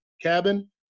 cabin